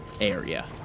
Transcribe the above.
area